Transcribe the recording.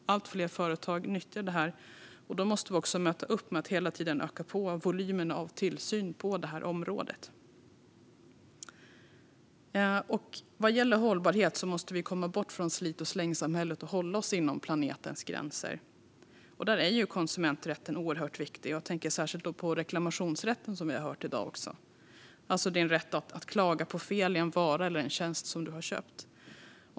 Allt fler företag utnyttjar detta, och då måste vi möta det genom att hela tiden öka volymerna av tillsyn på detta område. Vad gäller hållbarhet måste vi komma bort från slit-och-släng-samhället och hålla oss inom planetens gränser. Där är konsumenträtten oerhört viktig, och jag tänker särskilt på reklamationsrätten, som vi har hört om här i dag. Man har rätt att klaga på fel hos en vara eller tjänst som man har köpt.